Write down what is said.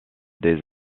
des